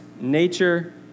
nature